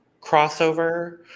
crossover